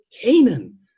Canaan